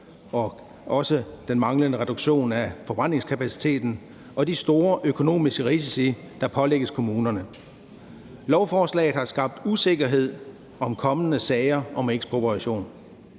og også den manglende reduktion af forbrændingskapaciteten og de store økonomiske risici, der pålægges kommunerne. Lovforslaget har skabt usikkerhed om kommende sager om ekspropriation.